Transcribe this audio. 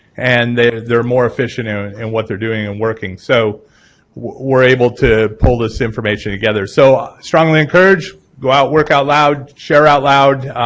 and they're they're more efficient in what they're doing and working, so we're able to pull this information together. so ah strongly encourage, go out, work out loud, share out loud,